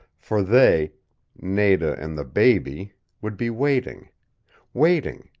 for they nada and the baby would be waiting waiting